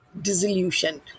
disillusioned